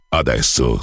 adesso